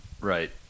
right